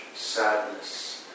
sadness